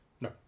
No